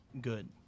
good